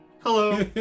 Hello